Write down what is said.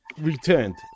returned